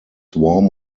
warm